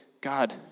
God